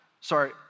Sorry